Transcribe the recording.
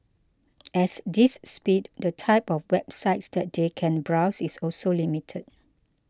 at this speed the type of websites that they can browse is also limited